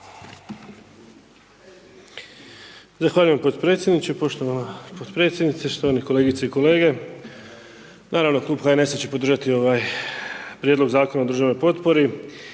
Zahvaljujem potpredsjedniče. Poštovana potpredsjednice, štovane kolegice i kolege. Naravno, Klub HNS-a će podržati ovaj prijedlog Zakona o državnoj potpori.